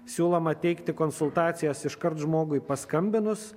siūloma teikti konsultacijas iškart žmogui paskambinus